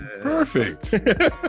Perfect